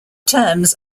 terms